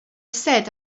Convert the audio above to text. said